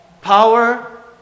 Power